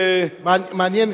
באמת מעניין,